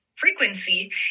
Frequency